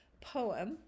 poem